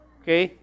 okay